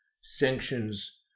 sanctions